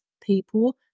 people